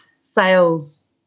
sales